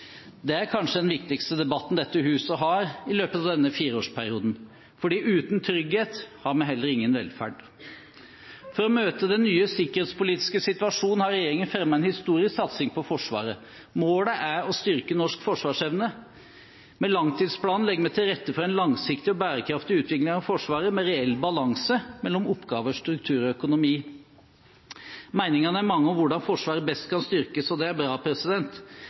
Det er kanskje den viktigste debatten dette huset har i løpet av denne fireårsperioden, for uten trygghet har vi heller ingen velferd. For å møte den nye sikkerhetspolitiske situasjonen har regjeringen fremmet en historisk satsing på Forsvaret. Målet er å styrke norsk forsvarsevne. Med langtidsplanen legger vi til rette for en langsiktig og bærekraftig utvikling av Forsvaret med reell balanse mellom oppgaver, struktur og økonomi. Meningene er mange om hvordan Forsvaret best kan styrkes, og det er bra.